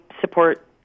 support